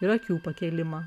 ir akių pakėlimą